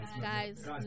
guys